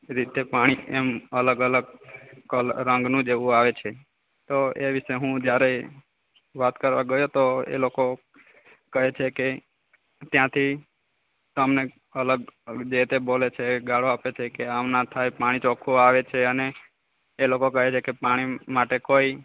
રીતે પાણી એમ અલગ અલગ કલ રંગનું જેવું આવે છે તો એ વિશે હું જ્યારે વાત કરવા ગયો હતો એ લોકો કહે છે કે ત્યાંથી તમને અલગ જે તે બોલે છે ગાળો આપે છે કે આમ ન થાય પાણી ચોખ્ખું આવે છે અને એ લોકો કહે છે કે પાણી માટે કોઈ